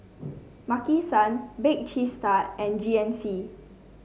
Maki San Bake Cheese Tart and G N C